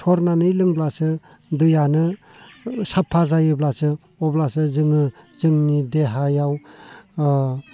सरनानै लोंब्लासो दैयानो साफा जायोब्लासो अब्लासो जोङो जोंनि देहायाव